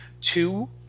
two